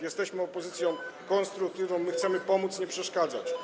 Jesteśmy opozycją konstruktywną, chcemy pomóc, nie przeszkadzać.